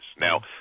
Now